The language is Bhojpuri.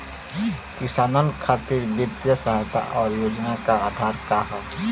किसानन खातिर वित्तीय सहायता और योजना क आधार का ह?